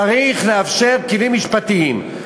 צריך לאפשר כלים משפטיים.